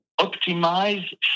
optimize